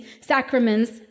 sacraments